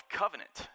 covenant